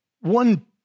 one